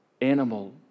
animal